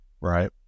right